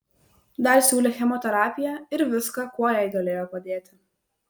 dar siūlė chemoterapiją ir viską kuo jai galėjo padėti